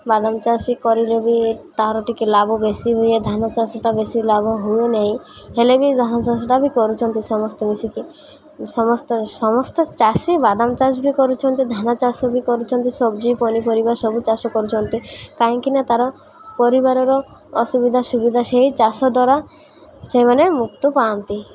ବାଦାମ ଚାଷୀ କରିଲେ ବି ତା'ର ଟିକେ ଲାଭ ବେଶି ହୁଏ ଧାନ ଚାଷଟା ବେଶି ଲାଭ ହୁଏ ନାହିଁ ହେଲେ ବି ଧାନ ଚାଷଟା ବି କରୁଛନ୍ତି ସମସ୍ତେ ମିଶିକି ସମସ୍ତେ ସମସ୍ତେ ଚାଷୀ ବାଦାମ ଚାଷ ବି କରୁଛନ୍ତି ଧାନ ଚାଷ ବି କରୁଛନ୍ତି ସବଜି ପନିପରିବା ସବୁ ଚାଷ କରୁଛନ୍ତି କାହିଁକିନା ତା'ର ପରିବାରର ଅସୁବିଧା ସୁବିଧା ସେଇ ଚାଷ ଦ୍ୱାରା ସେଇମାନେ ମୁକ୍ତି ପାଆନ୍ତି